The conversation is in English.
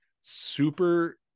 super